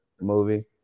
movie